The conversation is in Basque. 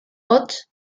hots